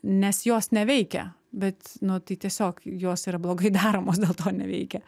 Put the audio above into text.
nes jos neveikia bet nu tai tiesiog jos yra blogai daromos dėl to neveikia